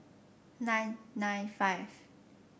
nine nine five